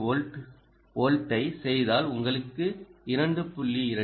4 வோல்ட்ஐ செய்தால் உங்களுக்கு 2